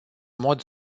mod